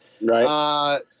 Right